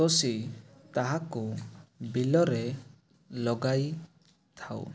ତୋଷି ତାହାକୁ ବିଲରେ ଲଗାଇ ଥାଉ